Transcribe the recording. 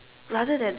rather than